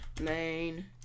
Main